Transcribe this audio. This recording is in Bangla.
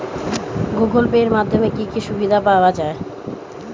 গুগোল পে এর মাধ্যমে কি কি সুবিধা পাওয়া যায়?